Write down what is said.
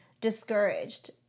discouraged